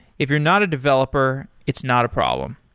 if you're not a developer, it's not a problem.